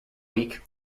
week